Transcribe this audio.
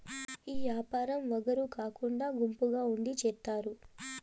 ఈ యాపారం ఒగరు కాకుండా గుంపుగా ఉండి చేత్తారు